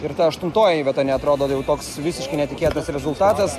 ir ta aštuntoji vieta neatrodo jau toks visiškai netikėtas rezultatas